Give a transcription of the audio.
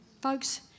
Folks